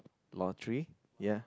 lottery